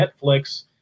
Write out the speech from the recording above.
Netflix